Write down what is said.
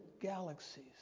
galaxies